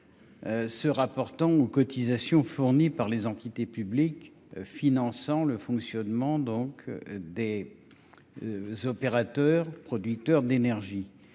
se rapportant aux cotisations fournies par les entités publiques qui financent le fonctionnement des opérateurs producteurs d'énergie.